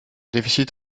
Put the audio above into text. déficit